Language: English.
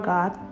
God